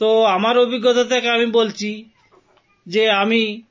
তো আমার অভিজ্ঞতা থেকে আমি বলছি যে আমি